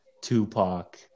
Tupac